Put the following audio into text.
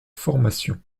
formation